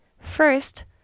first